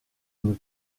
nous